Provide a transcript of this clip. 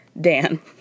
Dan